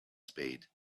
spade